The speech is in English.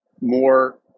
more